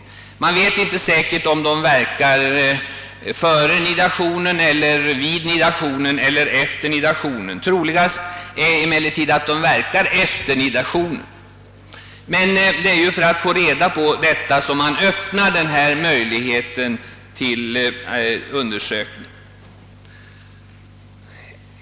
Man känner inte säkert till om de verkar före nidationen eller vid nidationen eller efter nidationen. Troligast är att de verkar efter det att nidationen ägt rum, men det är ju för att få reda på detta som man har öppnat denna möjlighet till vetenskaplig undersökning.